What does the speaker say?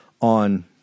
on